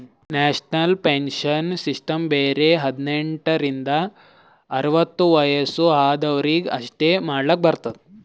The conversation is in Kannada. ನ್ಯಾಷನಲ್ ಪೆನ್ಶನ್ ಸಿಸ್ಟಮ್ ಬರೆ ಹದಿನೆಂಟ ರಿಂದ ಅರ್ವತ್ ವಯಸ್ಸ ಆದ್ವರಿಗ್ ಅಷ್ಟೇ ಮಾಡ್ಲಕ್ ಬರ್ತುದ್